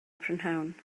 prynhawn